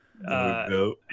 No